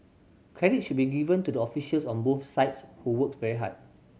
credit should be given to the officials on both sides who worked very hard